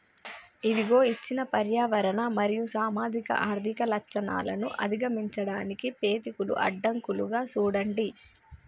ఇదిగో ఇచ్చిన పర్యావరణ మరియు సామాజిక ఆర్థిక లచ్చణాలను అధిగమించడానికి పెతికూల అడ్డంకులుగా సూడండి